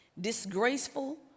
disgraceful